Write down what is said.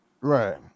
Right